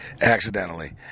accidentally